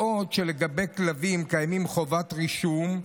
בעוד שלגבי כלבים קיימים חובת רישום,